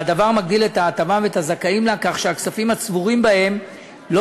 והדבר מגדיל את ההטבה ואת הזכאים לה כך שהכספים הצבורים בהם לא